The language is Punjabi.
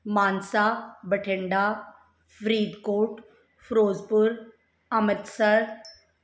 ਮਾਨਸਾ ਬਠਿੰਡਾ ਫਰੀਦਕੋਟ ਫਿਰੋਜ਼ਪੁਰ ਅੰਮ੍ਰਿਤਸਰ